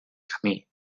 camí